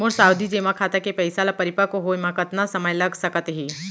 मोर सावधि जेमा खाता के पइसा ल परिपक्व होये म कतना समय लग सकत हे?